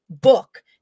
book